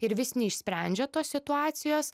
ir vis neišsprendžia tos situacijos